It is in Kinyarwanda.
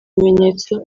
ibimenyetso